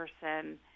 person